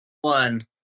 one